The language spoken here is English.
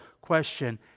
question